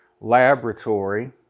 laboratory